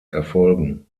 erfolgen